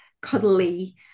cuddly